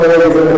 נכון לרגע זה,